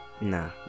nah